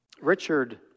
Richard